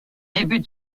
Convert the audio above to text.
début